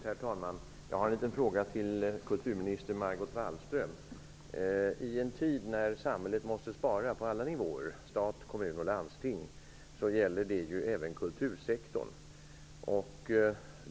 Herr talman! Jag har en fråga till kulturminister I en tid när samhället måste spara på alla nivåer, i stat, kommun och landsting, gäller det även kultursektorn.